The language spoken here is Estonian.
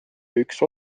üks